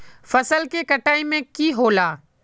फसल के कटाई में की होला?